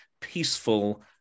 peaceful